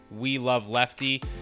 WeLoveLefty